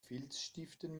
filzstiften